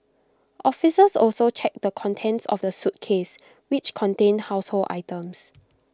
officers also checked the contents of the suitcase which contained household items